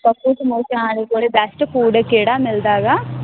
ਪੱਪੂ ਸਮੋਸਿਆਂ ਵਾਲੇ ਕੋਲ ਬੈਸਟ ਫ਼ੂਡ ਕਿਹੜਾ ਮਿਲਦਾ ਹੈਗਾ